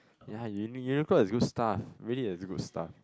ya uni~ Uniqlo has good stuff really has good stuff